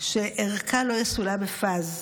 שערכה לא יסולא בפז.